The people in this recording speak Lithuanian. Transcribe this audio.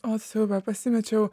o siaube pasimečiau